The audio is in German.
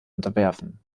unterwerfen